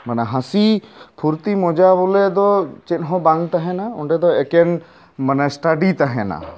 ᱦᱟᱹᱥᱤ ᱯᱷᱩᱨᱛᱤ ᱢᱚᱡᱟ ᱵᱚᱞᱮ ᱫᱚ ᱪᱮᱫ ᱦᱚᱸ ᱵᱟᱝ ᱛᱟᱦᱮᱸᱱᱟ ᱚᱸᱰᱮ ᱫᱚ ᱮᱠᱷᱮᱱ ᱢᱟᱱᱮ ᱥᱴᱟᱰᱤ ᱛᱟᱦᱮᱸᱱᱟ